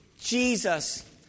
Jesus